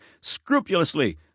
scrupulously